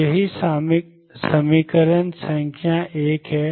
तो यह समीकरण संख्या 1 है